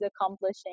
accomplishing